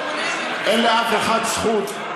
אין לאף אחד זכות,